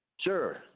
Sure